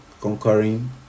conquering